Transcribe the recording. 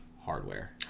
hardware